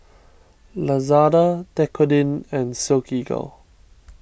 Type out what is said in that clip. Lazada Dequadin and Silkygirl